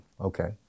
Okay